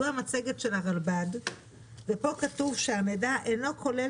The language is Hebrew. זו המצגת של הרלב"ד ופה כתוב ש-"המידע אינו כולל